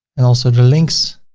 and also the links.